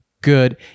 good